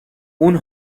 اون